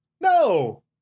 No